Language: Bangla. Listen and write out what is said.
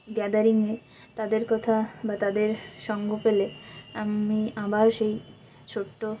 গ্যাদারিঙে তাদের কথা বা তাদের সঙ্গ পেলে আমি আবার সেই ছোট্টো